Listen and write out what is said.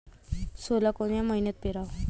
सोला कोन्या मइन्यात पेराव?